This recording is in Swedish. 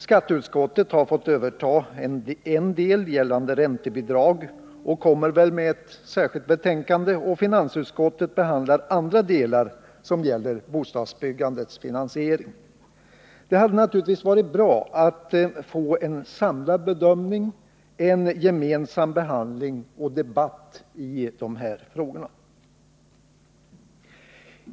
Skatteutskottet har fått överta en del gällande räntebidrag och kommer väl med ett särskilt betänkande, och finansutskottet behandlar andra delar som gäller bostadsbyggandets finansiering. Det hade naturligtvis varit bra att få en samlad bedömning, en gemensam behandling och debatt när det gäller dessa frågor.